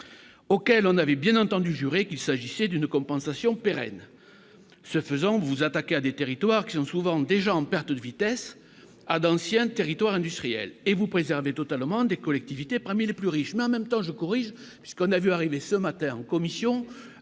auxquelles on avait bien entendu jurer qu'il s'agissait d'une compensation pérenne ce faisant vous attaquez à des territoires qui sont souvent déjà en perte de vitesse à d'anciens territoires industriels et vous préserver totalement des collectivités parmi les plus riches, mais en même temps je corrige, puisqu'on a vu arriver ce matin en commission